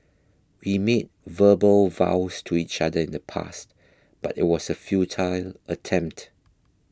we made verbal vows to each other in the past but it was a futile attempt